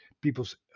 people's